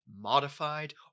modified